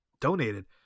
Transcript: donated